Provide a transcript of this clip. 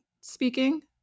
speaking